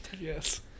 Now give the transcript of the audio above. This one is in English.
yes